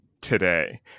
today